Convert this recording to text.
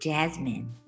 Jasmine